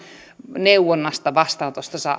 neuvonnasta vastaanotosta